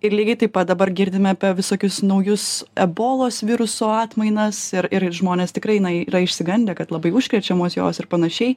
ir lygiai taip pat dabar girdime apie visokius naujus ebolos viruso atmainas ir ir žmonės tikrai na yra išsigandę kad labai užkrečiamos jos ir panašiai